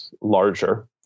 larger